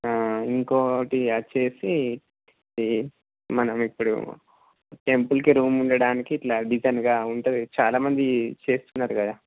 ఇంకొకటి వచ్చేసి ఈ మనం ఇప్పుడు టెంపుల్కి రూమ్ ఉండడానికి ఇట్ల డిజైన్గా ఉంటుంది చాలా మంది చేయించుకున్నారు కదా